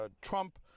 Trump